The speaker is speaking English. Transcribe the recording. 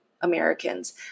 Americans